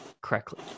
correctly